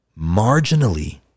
marginally